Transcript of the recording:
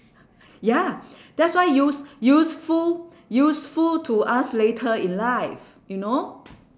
ya that's why use~ useful useful to us later in life you know